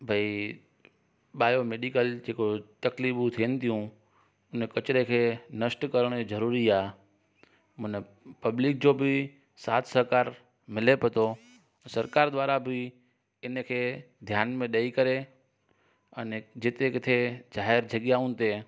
भई बायोमेडिकल जेको तकलीफू थिअनि थियूं उन कचिरे खे नष्ट करण ई जरूरी आहे मतिलब पब्लिक जो बि साथ सरकार मिले थो सरकार द्वारा बि इनखे ध्यानु में ॾेई करे अने जिते किथे ज़ाहिर जॻहायुनि ते